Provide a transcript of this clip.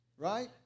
Right